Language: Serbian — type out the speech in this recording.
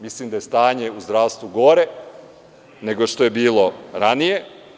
Mislim da je stanje u zdravstvu gore, nego što je bilo ranije.